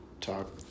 Talk